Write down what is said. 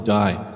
die